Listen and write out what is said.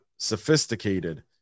sophisticated